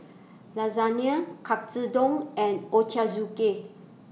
Lasagne Katsudon and Ochazuke